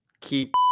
keep